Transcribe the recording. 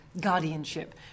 guardianship